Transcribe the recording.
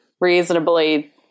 reasonably